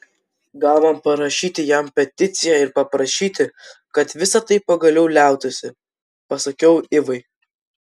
gal man parašyti jam peticiją ir paprašyti kad visa tai pagaliau liautųsi pasakiau ivai